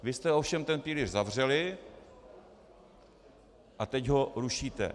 Vy jste ovšem ten pilíř zavřeli a teď ho rušíte.